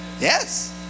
yes